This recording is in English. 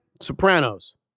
Sopranos